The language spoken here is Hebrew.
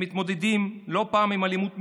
הם מתמודדים לא פעם עם אלימות מילולית,